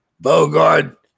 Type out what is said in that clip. Bogart